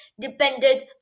depended